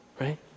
Right